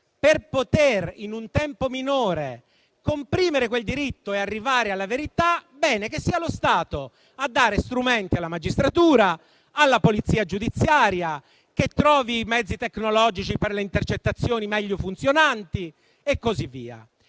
diritto in un tempo minore e arrivare alla verità, che sia lo Stato a dare strumenti alla magistratura e alla Polizia giudiziaria, che trovi i mezzi tecnologici per le intercettazioni meglio funzionanti e così via.